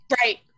Right